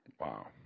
Wow